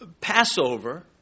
Passover